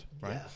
right